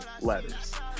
letters